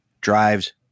drives